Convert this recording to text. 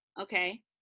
Okay